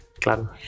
claro